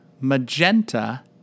magenta